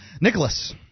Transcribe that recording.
Nicholas